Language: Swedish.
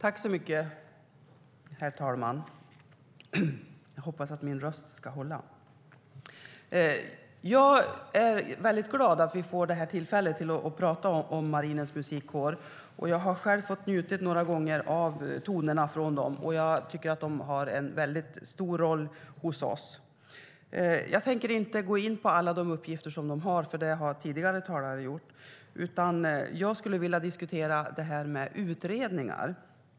Herr talman! Jag är väldigt glad att vi får det här tillfället att tala om Marinens musikkår. Jag har själv njutit av tonerna från dem några gånger, och jag tycker att de har en stor roll hos oss. Jag tänker inte gå in på alla uppgifter de har, för det har tidigare talare gjort, utan jag vill diskutera detta med utredningar.